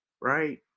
right